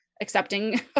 accepting